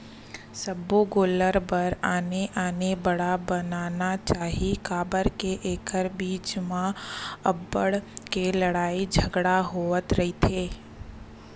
सब्बो गोल्लर बर आने आने बाड़ा बनाना चाही काबर के एखर बीच म अब्बड़ के लड़ई झगरा होवत रहिथे